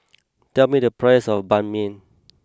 tell me the price of Banh Mi